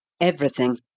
Everything